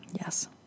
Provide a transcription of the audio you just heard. Yes